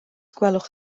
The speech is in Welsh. gwelwch